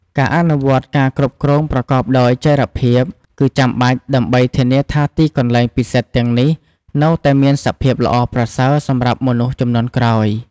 ការអនុវត្តការគ្រប់គ្រងប្រកបដោយចីរភាព គឺចាំបាច់ ដើម្បីធានាថាទីកន្លែងពិសិដ្ឋទាំងនេះនៅតែមានសភាពល្អប្រសើរសម្រាប់មនុស្សជំនាន់ក្រោយ។